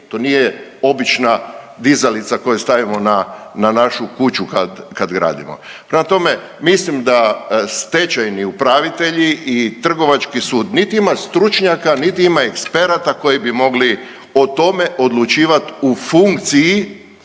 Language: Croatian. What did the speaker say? to nije obična dizalica koju stavimo na, na našu kuću kad, kad gradimo. Prema tome mislim da stečajni upravitelji i Trgovački sud, nit ima stručnjaka niti ima eksperata koji bi mogli o tome odlučivat u funkciji,